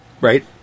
Right